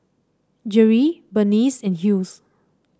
Jerrie Berneice and Hughes